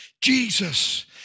Jesus